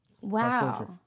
Wow